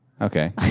Okay